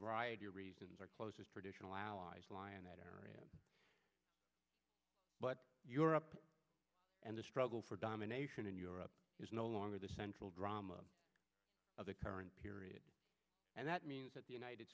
variety of reasons our closest traditional allies ally in that area but europe and the struggle for domination in europe is no longer the central drama of the current period and that means that the united